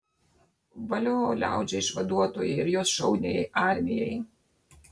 valio liaudžiai išvaduotojai ir jos šauniajai armijai